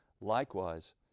Likewise